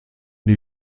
die